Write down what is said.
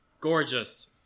gorgeous